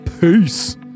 Peace